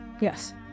Yes